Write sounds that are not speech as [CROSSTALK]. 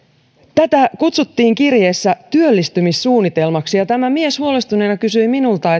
tätä kutsuttiin kirjeessä työllistymissuunnitelmaksi ja tämä mies huolestuneena kysyi minulta [UNINTELLIGIBLE]